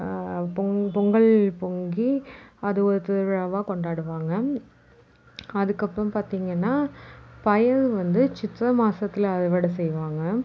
பொ பொங்கல் பொங்கி அது ஒரு திருவிழாவாக கொண்டாடுவாங்க அதுக்கப்புறம் பார்த்திங்கன்னா பயிர் வந்து சித்திரை மாதத்துல அறுவடை செய்வாங்க